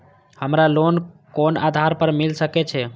हमरा लोन कोन आधार पर मिल सके छे?